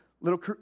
little